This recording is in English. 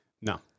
No